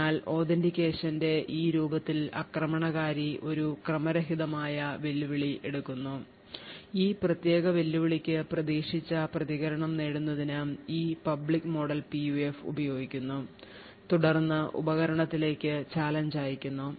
അതിനാൽ authentication ന്റെ ഈ രൂപത്തിൽ ആക്രമണകാരി ഒരു ക്രമരഹിതമായ വെല്ലുവിളി എടുക്കുന്നു ഈ പ്രത്യേക വെല്ലുവിളിക്ക് പ്രതീക്ഷിച്ച പ്രതികരണം നേടുന്നതിന് ഈ പബ്ലിക് മോഡൽ PUF ഉപയോഗിക്കുന്നു തുടർന്ന് ഉപകരണത്തിലേക്ക് ചാലഞ്ച് അയയ്ക്കുന്നു